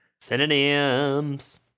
Synonyms